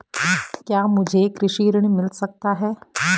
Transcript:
क्या मुझे कृषि ऋण मिल सकता है?